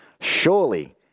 surely